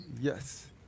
Yes